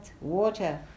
water